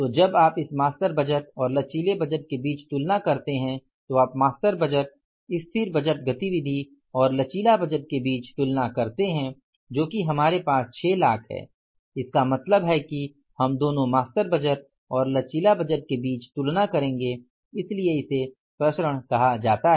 तो जब आप इस मास्टर बजट और लचीले बजट के बीच तुलना करते है तो आप मास्टर बजट स्थिर बजट गतिविधि और लचीला बजट के बिच तुलना करते है जो कि हमारे पास 6 लाख है इसका मतलब है कि हम दोनों मास्टर बजट और लचीला बजटके बिच तुलना करेंगे इसलिए इसे प्रसरण कहा जाता है